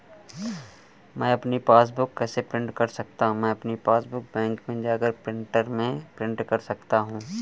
मैं अपनी पासबुक कैसे प्रिंट कर सकता हूँ?